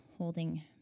holding